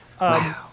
Wow